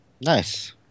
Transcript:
Nice